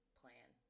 plan